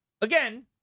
Again